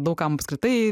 daug kam apskritai